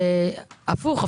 דווקא להיפך,